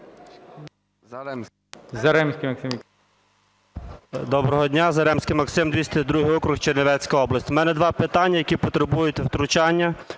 Доброго дня! Заремський Максим, 202 округ, Чернівецька область. У мене два питання, які потребують втручання